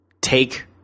take